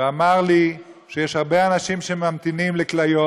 ואמר לי שיש הרבה אנשים שממתינים לכליות,